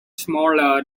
smaller